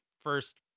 first